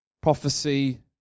Prophecy